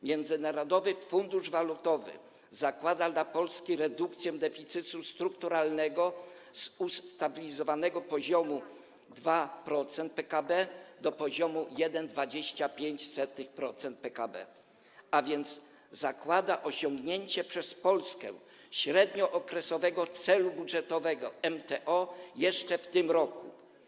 Międzynarodowy Fundusz Walutowy zakłada w przypadku Polski redukcję deficytu strukturalnego z ustabilizowanego poziomu 2% PKB do poziomu 1,25% PKB, a więc zakłada osiągnięcie przez Polskę średniookresowego celu budżetowego, MTO, jeszcze w tym roku.